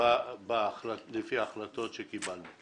לפי ההחלטות שקיבלנו.